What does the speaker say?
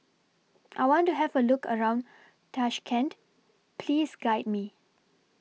I want to Have A Look around Tashkent Please Guide Me